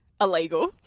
Illegal